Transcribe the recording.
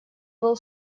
был